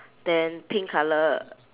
then pink colour